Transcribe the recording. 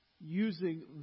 using